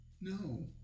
no